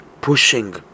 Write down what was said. pushing